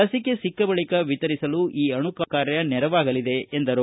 ಲಸಿಕೆ ಸಿಕ್ಕ ಬಳಿಕ ವಿತರಿಸಲು ಈ ಅಣಕು ಕಾರ್ಯ ನೆರವಾಗಲಿದೆ ಎಂದರು